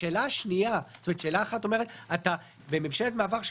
כלומר השאלה הראשונה היא: בממשלת מעבר,